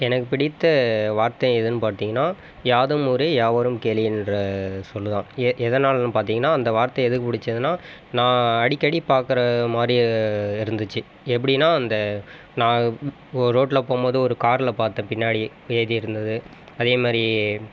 எனக்கு பிடித்த வார்த்தை எதுன்னு பார்த்தீங்கன்னா யாதும் ஊரே யாவரும் கேளீர்ன்ற சொல் தான் எ எதனாலன்னு பார்த்தீங்கன்னா அந்த வார்த்தை எதுக்கு பிடிச்சிதுன்னா நான் அடிக்கடி பார்க்குற மாதிரி இருந்துச்சு எப்படினா அந்த நான் ரோட்டில் போகும் போது ஒரு காரில் பார்த்தேன் பின்னாடி எழுதி இருந்தது அதே மாதிரி